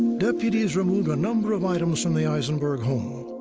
deputies removed a number of items from the aisenberg home,